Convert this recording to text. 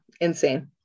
insane